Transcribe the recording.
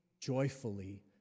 joyfully